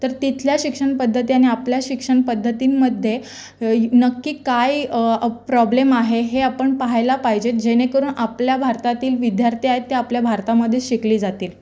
तर तिथल्या शिक्षण पद्धती आणि आपल्या शिक्षण पद्धतींमध्ये नक्की काय प्रॉब्लेम आहे हे आपण पहायला पाहिजे जेणेकरून आपल्या भारतातील विद्यार्थी आहे ते भारतामध्ये शिकली जातील